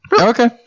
Okay